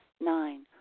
Nine